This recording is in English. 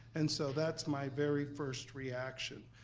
and so that's my very first reaction.